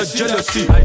jealousy